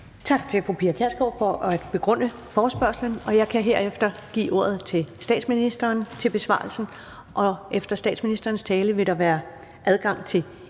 Tak til fru Pia Kjærsgaard for at begrunde forespørgslen. Jeg kan herefter give ordet til statsministeren til besvarelsen. Og efter statsministerens tale vil der være adgang til